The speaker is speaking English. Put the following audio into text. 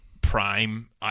prime